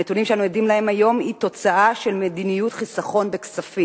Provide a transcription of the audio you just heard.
הנתונים שאנחנו עדים להם היום הם תוצאה של מדיניות חיסכון בכספים,